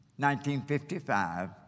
1955